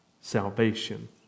salvation